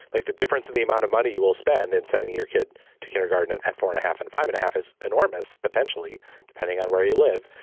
like the difference in the amount of money you will spend in sending your kid to kindergarten and at four and a half and five and a half is enormous potentially depending on where you live.